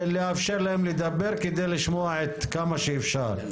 המצב כדי שנוכל לבקר אותו לפי ההתפתחויות השונות.